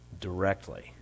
directly